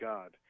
God